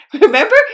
Remember